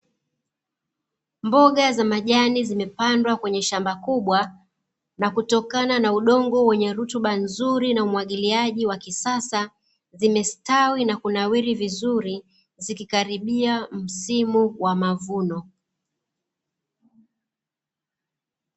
Mboga za majani zimepandwa kwenye shamba kubwa na kutokana na udongo wenye rutuba nzuri, na umwagiliaji wa kisasa zimestawi na kunawiri vizuri zikizikaribia msimu wa mavuno.